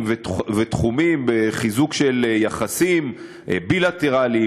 ותחומים: חיזוק של יחסים בילטרליים,